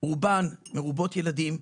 שרובן מרובות ילדים.